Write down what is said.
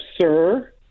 sir